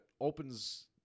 opens